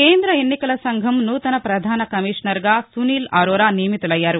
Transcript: కేంద ఎన్నికల సంఘం నూతన పధాన కమిషనర్గా సునీల్ అరోరా నియమితులయ్యారు